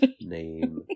name